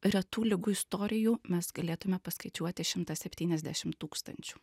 retų ligų istorijų mes galėtume paskaičiuoti šimtas septyniasdešimt tūkstančių